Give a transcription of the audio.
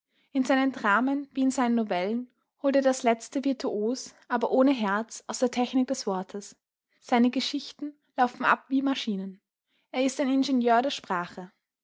in seinen dramen wie in seinen novellen holt er das letzte virtuos aber ohne herz aus der technik des wortes seine geschichten laufen ab wie maschinen er ist ein ingenieur der sprache